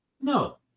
No